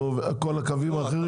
כל הקווים האחרים.